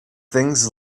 things